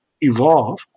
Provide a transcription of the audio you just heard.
evolve